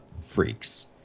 freaks